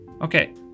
Okay